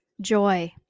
joy